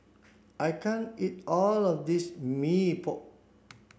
I can't eat all of this Mee Pok